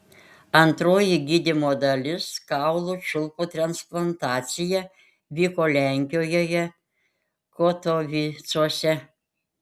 antroji gydymo dalis kaulų čiulpų transplantacija vyko lenkijoje katovicuose